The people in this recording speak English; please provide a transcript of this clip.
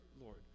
Lord